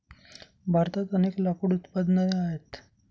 भारतात अनेक लाकूड उत्पादने आहेत